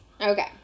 Okay